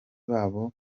babo